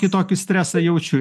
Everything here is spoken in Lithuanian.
kitokį stresą jaučiu